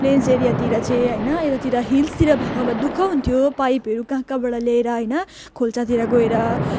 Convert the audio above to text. plains एरियातिर चाहिँ होइन यतातिर हिल्सतिर भएको भए दुःख हुन्थ्यो पाइपहरू कहाँ कहाँबाट लिएर होइन खोलातिर गएर